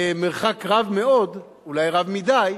מרחק רב מאוד, אולי רב מדי,